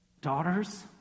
Daughters